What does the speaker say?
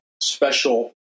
special